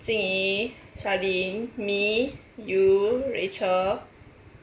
xin yi charlene me you rachel